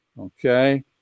Okay